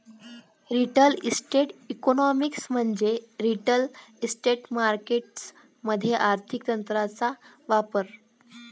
real estate economics म्हणजे real estate markets मध्ये आर्थिक तंत्रांचा वापर